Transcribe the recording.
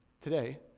today